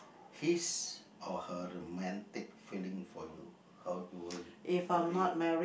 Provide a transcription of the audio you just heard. his or her romantic feeling for you how you will worry